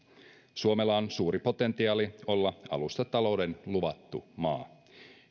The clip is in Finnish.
suomella on suuri potentiaali olla alustatalouden luvattu maa